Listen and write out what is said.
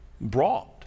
Brought